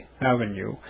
Avenue